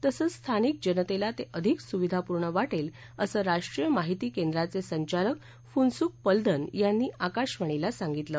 तसंच स्थानिक जनतेला ते अधिक सुविधापूर्ण वाटेल असं राष्ट्रीय माहिती केंद्राचे संचालक फुन्सूक पलदन यांनी आकाशवाणीला सांगितलं